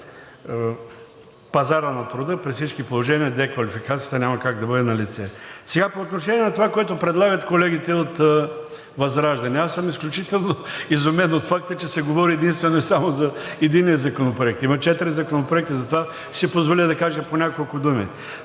пазара на труда, при всички положения деквалификацията няма как да не бъде налице. По отношение на това, което предлагат колегите от ВЪЗРАЖДАНЕ. Аз съм изключително изумен от факта, че се говори единствено и само за единия законопроект. Има четири законопроекта, затова ще си позволя да кажа по няколко думи.